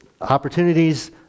opportunities